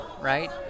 right